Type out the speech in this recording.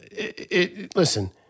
Listen